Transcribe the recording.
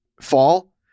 fall